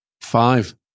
Five